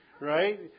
Right